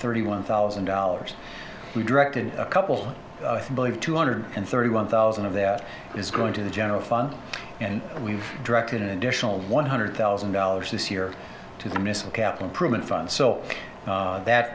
thirty one thousand dollars we directed a couple of two hundred thirty one thousand of that is going to the general fund and we've directed an additional one hundred thousand dollars this year to the missile gap improvement fund so that